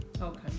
okay